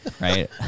right